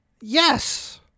Yes